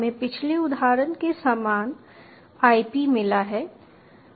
हमें पिछले उदाहरण के समान आईपी मिला है